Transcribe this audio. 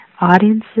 audiences